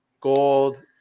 Gold